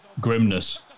grimness